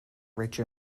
rich